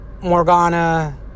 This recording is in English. Morgana